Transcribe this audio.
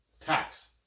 Tax